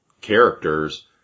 characters